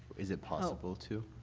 is it possible to?